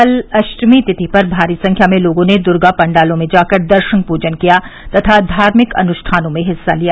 कल अप्टमी तिथि पर भारी संख्या में लोगों ने दुर्गा पाण्डालों में जाकर दर्शन पूजन किया तथा धार्मिक अनुष्ठानों में हिस्सा लिया